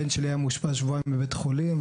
הבן שלי היה מאושפז שבועיים בבית חולים.